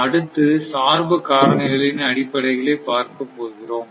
அடுத்து சார்பு காரணிகளின் அடிப்படைகளை பார்க்கப்போகிறோம்